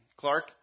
Clark